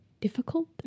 difficult